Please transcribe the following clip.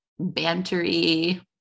bantery